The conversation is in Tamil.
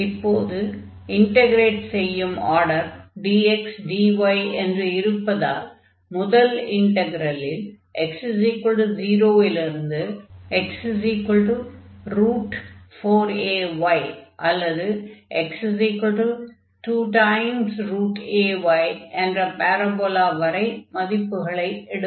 இப்போது இன்டக்ரேட் செய்யும் ஆர்டர் dxdy என்று இருப்பதால் முதல் இன்டக்ரலில் x 0 லிருந்து x4ay அல்லது x2ay என்ற பாரபோலா வரை மதிப்புகளை எடுக்கும்